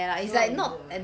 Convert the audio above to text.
I know is it a